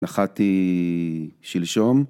‫נחתי שלשום.